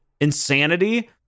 insanity